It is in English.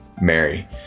Mary